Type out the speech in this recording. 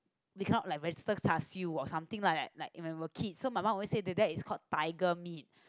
become like vegetated char-siew was something like like when was a kid so my mum always said that they is called tiger meat